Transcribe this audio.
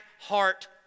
heart